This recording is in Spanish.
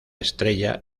estrella